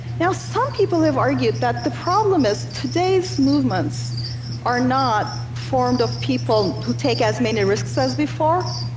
now, some people have argued that the problem is today's movements are not formed of people who take as many risks as before,